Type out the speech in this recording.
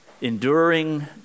enduring